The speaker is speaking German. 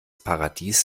paradies